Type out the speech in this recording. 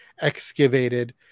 excavated